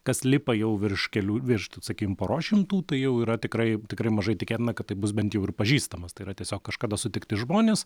kas lipa jau virš kelių virš t sakykim poros šimtų tai jau yra tikrai tikrai mažai tikėtina kad tai bus bent jau ir pažįstamas tai yra tiesiog kažkada sutikti žmonės